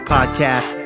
Podcast